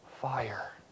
fire